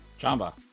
Jamba